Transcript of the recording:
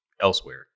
elsewhere